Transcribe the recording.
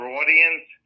audience